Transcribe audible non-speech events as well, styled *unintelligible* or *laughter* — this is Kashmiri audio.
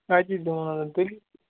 اتی *unintelligible* تیٚلہِ